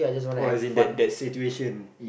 or as in that that situation